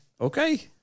Okay